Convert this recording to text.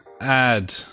Add